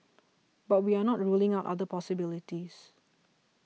but we are not ruling out other possibilities